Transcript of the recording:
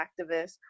activists